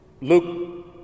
Luke